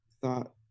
thought